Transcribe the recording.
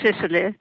Sicily